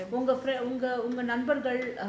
உங்க நண்பர்கள்:unga nanbargal